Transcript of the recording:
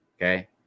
okay